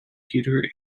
peter